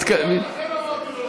לכן אמרתי להוריד.